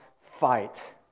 fight